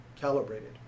calibrated